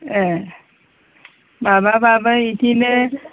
ए माबाबाबो बिदिनो